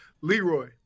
Leroy